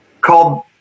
called